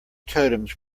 totems